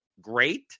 great